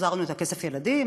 החזרנו את הכסף לילדים,